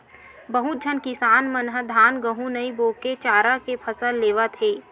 बहुत झन किसान मन ह धान, गहूँ नइ बो के चारा के फसल लेवत हे